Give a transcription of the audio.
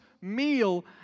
meal